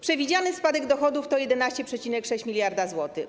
Przewidziany spadek dochodów to 11,6 mld zł.